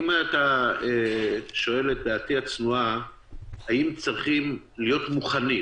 אם אתה שואל את דעתי הצנועה האם צריכים להיות מוכנים